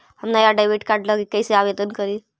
हम नया debit card लागी कईसे आवेदन करी?